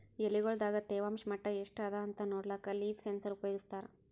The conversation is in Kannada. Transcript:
ಎಲಿಗೊಳ್ ದಾಗ ತೇವಾಂಷ್ ಮಟ್ಟಾ ಎಷ್ಟ್ ಅದಾಂತ ನೋಡ್ಲಕ್ಕ ಲೀಫ್ ಸೆನ್ಸರ್ ಉಪಯೋಗಸ್ತಾರ